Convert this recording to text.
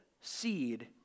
seed